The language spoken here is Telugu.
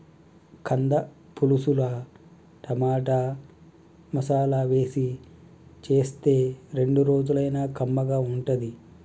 కంద పులుసుల టమాటా, మసాలా వేసి చేస్తే రెండు రోజులైనా కమ్మగా ఉంటది